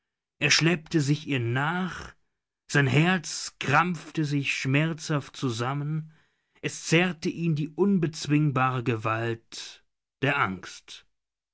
er schleppte sich ihr nach sein herz krampfte sich schmerzhaft zusammen es zerrte ihn die unbezwingbare gewalt der angst